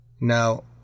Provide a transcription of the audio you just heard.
Now